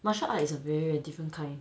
martial art is a very very different kind